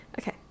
Okay